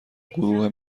گروه